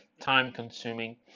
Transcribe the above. time-consuming